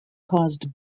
caused